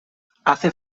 hace